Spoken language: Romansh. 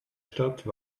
stat